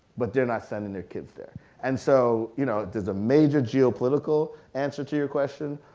but they're not sending their kids there and so you know there's a major geo political answer to your question.